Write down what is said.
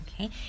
Okay